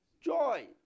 Joy